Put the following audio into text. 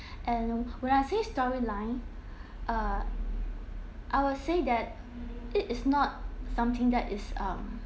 and when I say storyline uh I would say that it is not something that is uh